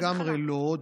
לגמרי לא.